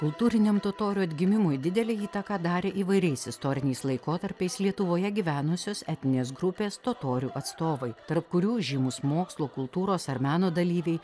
kultūriniam totorių atgimimui didelę įtaką darė įvairiais istoriniais laikotarpiais lietuvoje gyvenusios etninės grupės totorių atstovai tarp kurių žymūs mokslo kultūros ar meno dalyviai